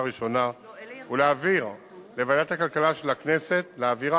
ראשונה ולהעבירה לוועדת הכלכלה של הכנסת